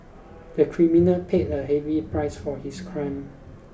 the criminal paid a heavy price for his crime